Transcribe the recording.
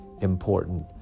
important